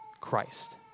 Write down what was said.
Christ